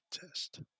test